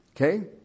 Okay